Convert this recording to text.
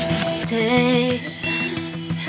Stay